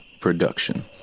Production